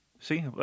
See